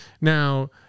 Now